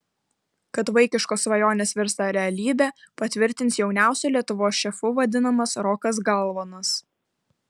kad vaikiškos svajonės virsta realybe patvirtins jauniausiu lietuvos šefu vadinamas rokas galvonas